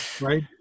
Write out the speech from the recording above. right